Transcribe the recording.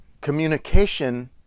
communication